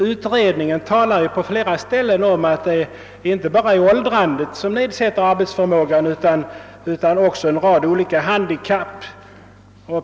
Utredningen talar ju på flera ställen i sitt betänkande om att det inte bara är åldrandet som nedsätter arbetsförmågan utan också en rad olika handikapp.